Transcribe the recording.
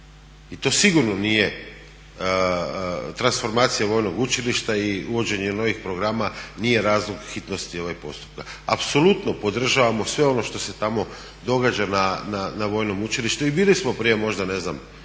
i to sigurno nije transformacija vojnog učilišta i uvođenje novih programa nije razlog hitnosti postupka. Apsolutno podržavamo sve ono što se tamo događa na vojnom učilištu i bili smo prije možda mjesec